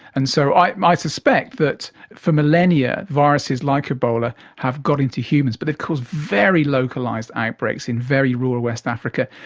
and so i suspect that for millennia viruses like ebola have got into humans but they've caused very localised outbreaks in very rural west africa,